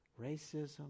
racism